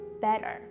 better